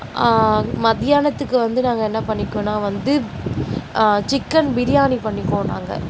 மத்தியானத்துக்கு வந்து நாங்கள் என்ன பண்ணிக்குவோன்னால் வந்து சிக்கன் பிரியாணி பண்ணிக்குவோம் நாங்கள்